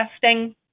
testing